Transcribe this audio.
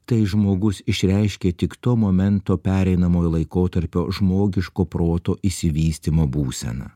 tai žmogus išreiškia tik to momento pereinamojo laikotarpio žmogiško proto išsivystymo būseną